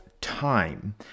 time